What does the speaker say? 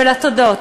ולתודות,